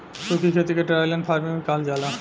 सूखी खेती के ड्राईलैंड फार्मिंग भी कहल जाला